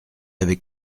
avec